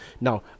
Now